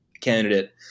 candidate